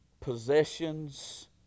possessions